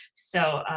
so,